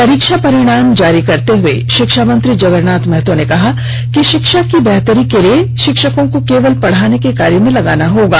परीक्षा परिणाम जारी करते हुए शिक्षा मंत्री जगरनाथ महतो ने कहा कि शिक्षा की बेहतरी के लिए शिक्षकों को केवल पढ़ाने के कार्य में लगाने होंगे